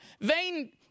vain